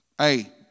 Hey